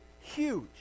huge